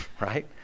Right